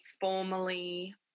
formally